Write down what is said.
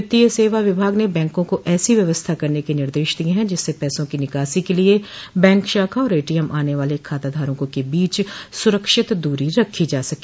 वित्तीय सेवा विभाग ने बैंकों को ऐसी व्यवस्था करने के निर्देश दिये हैं जिससे पैसों की निकासी के लिए बैंक शाखा और एटीएम आने वाले खाताधारकों के बीच सुरक्षित दूरी रखी जा सके